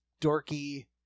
dorky